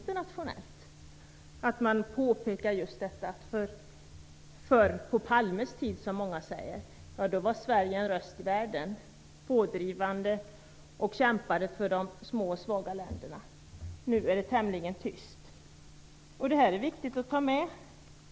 Då påpekas just detta. På Palmes tid, säger många, då var Sverige en röst i världen, då var Sverige pådrivande och kämpade för de små och svaga länderna. Nu är det tämligen tyst. Detta är viktigt att ta med.